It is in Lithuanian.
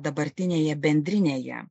dabartinėje bendrinėje